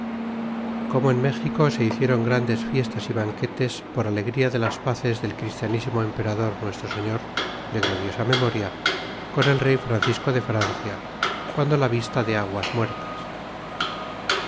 como en méxico se hicieron grandes fiestas y banquetes por alegría de las paces del christianísinao emperador nuestro señor de gloriosa memoria con el rey franc isco de fiada guando las vistas de aguas muertas